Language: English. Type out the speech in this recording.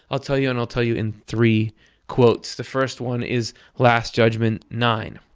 i'll tell you and i'll tell you in three quotes. the first one is last judgment nine,